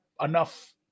enough